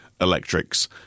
electrics